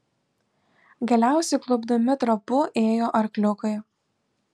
galiausiai klupdami trapu ėjo arkliukai